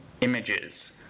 images